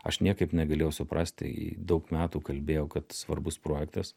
aš niekaip negalėjau suprasti į daug metų kalbėjau kad svarbus projektas